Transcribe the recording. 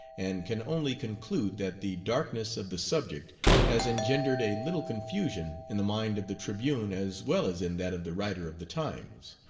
and can only conclude that the darkness of the subject has engendered a little confusion in the mind of the tribune as well as in that of the writer of the times.